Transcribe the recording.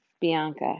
Bianca